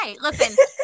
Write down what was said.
Listen